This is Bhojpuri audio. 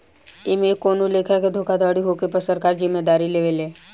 एमे कवनो लेखा के धोखाधड़ी होखे पर सरकार जिम्मेदारी लेवे ले